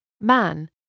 man